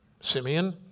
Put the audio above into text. Simeon